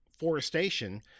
forestation